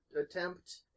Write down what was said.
attempt